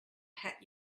hat